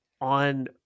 on